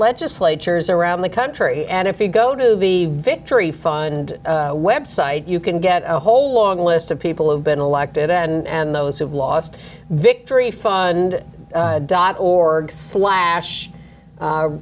legislatures around the country and if you go to the victory fund website you can get a whole long list of people who've been elected and those who've lost victory fund dot org slash